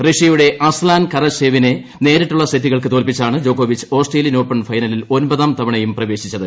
റഷ്യയുടെ അസ്താൻ കാരത്സേവിനെ നേരിട്ടുള്ള സെറ്റുകൾക്ക് തോൽപ്പിച്ചാണ് ജോക്കോ വിച്ച് ഓസ്ട്രേലിയൻ ഓപ്പൺ ഫൈനലിൽ ഒമ്പതാം തവണയും പ്രവേശിച്ചത്